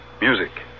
music